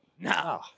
No